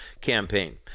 campaign